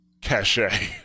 cachet